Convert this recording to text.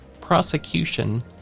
prosecution